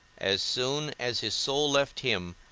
as soon as his soul left him,